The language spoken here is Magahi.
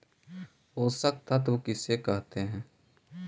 पोषक तत्त्व किसे कहते हैं?